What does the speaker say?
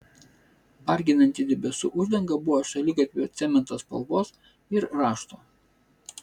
varginanti debesų uždanga buvo šaligatvio cemento spalvos ir rašto